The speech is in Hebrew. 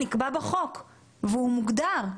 נקבע בחוק והוא מוגדר.